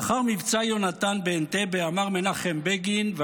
לאחר מבצע יונתן באנטבה אמר מנחם בגין: